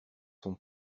son